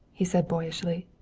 he said boyishly.